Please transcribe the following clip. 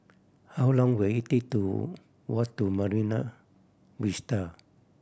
how long will it take to walk to Marine Vista